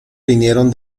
vinieron